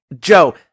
Joe